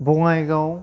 Bongaigaon